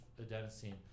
adenosine